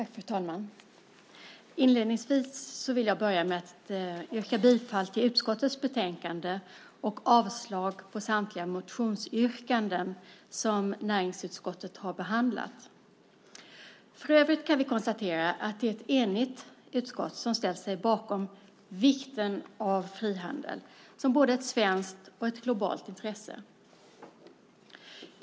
Fru talman! Inledningsvis vill jag yrka bifall till utskottets förslag i betänkandet och avslag på samtliga motionsyrkanden som näringsutskottet har behandlat. För övrigt kan vi konstatera att det är ett enigt utskott som ställt sig bakom vikten av frihandel som både ett svenskt och ett globalt intresse.